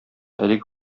әлеге